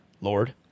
Lord